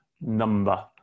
number